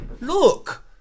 Look